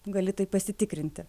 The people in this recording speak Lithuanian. gali taip pasitikrinti